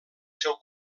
seu